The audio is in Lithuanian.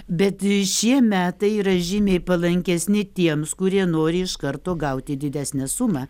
bet šie metai yra žymiai palankesni tiems kurie nori iš karto gauti didesnę sumą